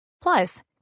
plus